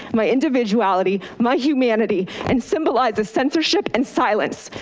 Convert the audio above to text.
my individuality, my humanity, and symbolizes censorship and silence.